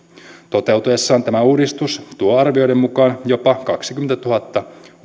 toteutuessaan tämä uudistus tuo arvioiden mukaan jopa kaksikymmentätuhatta